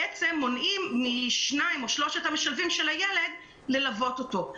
בעצם מונעים משניים או משלושת המשלבים של הילד ללוות אותו.